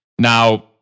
Now